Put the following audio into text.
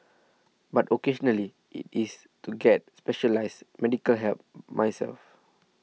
but occasionally it is to get specialised medical help myself